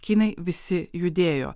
kinai visi judėjo